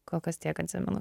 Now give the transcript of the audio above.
kol kas tiek atsimenu